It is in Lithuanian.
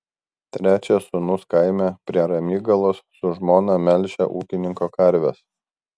trečias sūnus kaime prie ramygalos su žmona melžia ūkininko karves